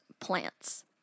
plants